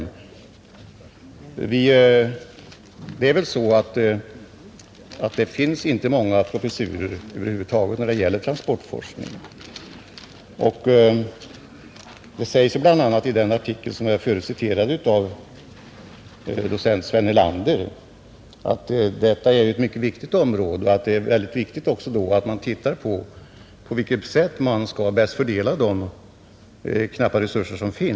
Det finns över huvud taget inte många professurer när det gäller transportforskning. Det sägs bl.a. i den artikel av docent Sven Erlander som jag förut citerade, att detta är ett mycket viktigt område och att det också är viktigt att noga undersöka hur man bäst skall fördela de knappa resurserna.